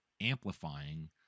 amplifying